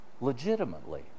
legitimately